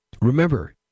remember